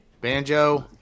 Banjo